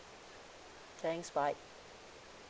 thanks bye